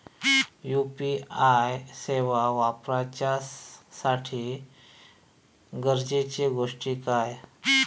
UPI सेवा वापराच्यासाठी गरजेचे गोष्टी काय?